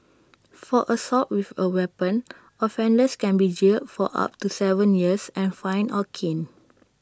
for assault with A weapon offenders can be jailed for up to Seven years and fined or caned